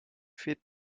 fährt